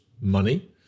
money